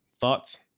thoughts